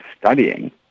studying